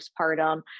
postpartum